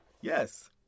Yes